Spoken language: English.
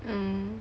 um